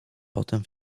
potem